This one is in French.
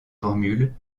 formule